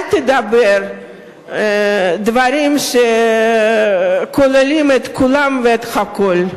אל תדבר דברים שכוללים את כולם ואת הכול.